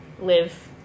live